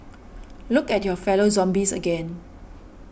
look at your fellow zombies again